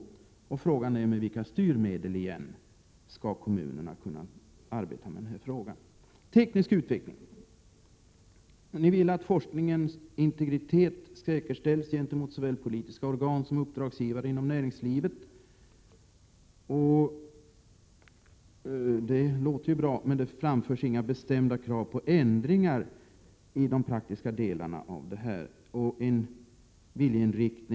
Frågan är vilka styrmedel kommunerna har i det avseendet. I reservation 29 om teknisk utveckling vill reservanterna att forskningens integritet gentemot såväl politiska organ som uppdragsgivare inom näringsli vet skall säkerställas. Det låter ju bra, men det framförs inga konkreta förslag Prot. 1987/88:115 till ändringar när det gäller det praktiska handlandet.